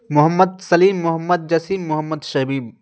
Muhammad Salim Mohammad Jasim Mohammad Shabib